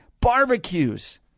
Barbecues